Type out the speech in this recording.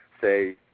say